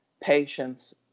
patience